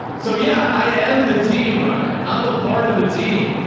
so yeah, i am the team, ryan. i'm a part of the team.